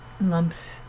lumps